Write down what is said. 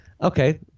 Okay